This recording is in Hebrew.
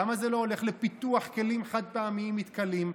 למה זה לא הולך לפיתוח כלים חד-פעמיים מתכלים?